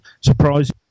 Surprise